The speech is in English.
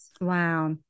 wow